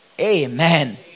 Amen